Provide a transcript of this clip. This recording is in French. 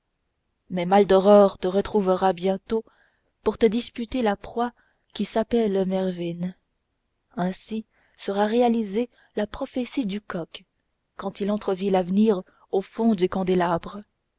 mais maldoror te retrouvera bientôt pour te disputer la proie qui s'appelle mervyn ainsi sera réalisée la prophétie du coq quand il entrevit l'avenir au fond du candélabre